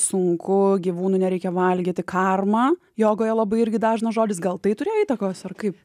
sunku gyvūnų nereikia valgyti karma jogoje labai irgi dažnas žodis gal tai turėjo įtakos ar